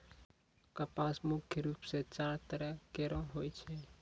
कपास मुख्य रूप सें चार तरह केरो होय छै